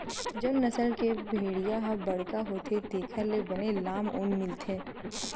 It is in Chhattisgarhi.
जउन नसल के भेड़िया ह बड़का होथे तेखर ले बने लाम ऊन मिलथे